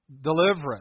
deliverance